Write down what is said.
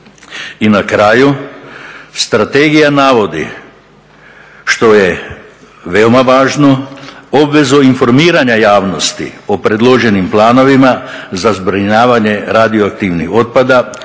I na kraju, strategija navodi što je veoma važno, obvezu informiranja javnosti o predloženim planovima za zbrinjavanje radioaktivnog otpada,